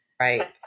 Right